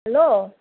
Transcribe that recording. hello